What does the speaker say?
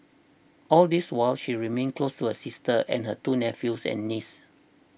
all this while she remained close to her sister and her two nephews and niece